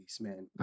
man